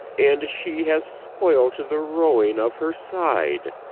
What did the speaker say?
and she has spoilt the rowing of her side.